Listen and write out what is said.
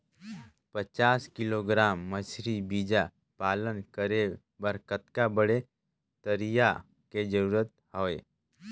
पचास किलोग्राम मछरी बीजा पालन करे बर कतका बड़े तरिया के जरूरत हवय?